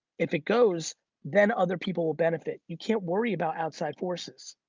if it goes then other people will benefit. you can't worry about outside forces.